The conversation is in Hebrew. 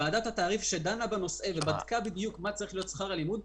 ועדת התעריף שדנה בנושא ובדקה בדיוק מה צריך להיות שכר הלימוד,